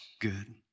good